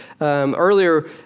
Earlier